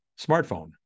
smartphone